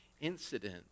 incident